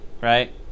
Right